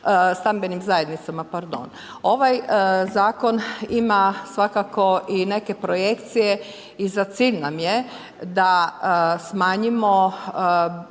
stambenim zajednicama. Ovaj zakon ima svakako i neke projekcije i za cilj nam je da smanjimo